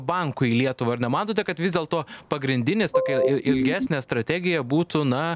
bankų į lietuvą ar nematote kad vis dėlto pagrindinis tokia ilgesnė strategija būtų na